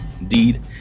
indeed